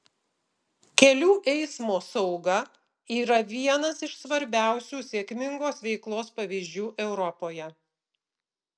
kelių eismo sauga yra vienas iš svarbiausių sėkmingos veiklos pavyzdžių europoje